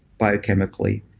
biochemically.